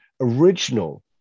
original